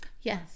Yes